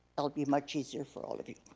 that'll be much easier for all of